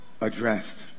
addressed